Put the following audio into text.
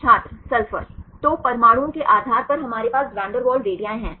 छात्र सल्फर तो परमाणुओं के आधार पर हमारे पास वैन डेर वाल्स रेडी है